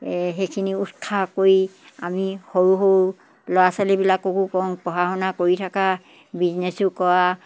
সেইখিনি উৎসাহ কৰি আমি সৰু সৰু ল'ৰা ছোৱালীবিলাককো কওঁ পঢ়া শুনা কৰি থাকা বিজনেছো কৰা